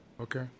okay